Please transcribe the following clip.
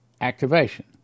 Activation